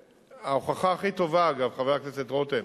וההוכחה הכי טובה, אגב, חבר הכנסת רותם,